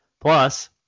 Plus